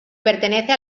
pertenece